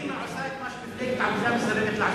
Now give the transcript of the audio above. לפחות קדימה עושה את מה שמפלגת העבודה מסרבת לעשות,